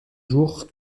jours